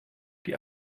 die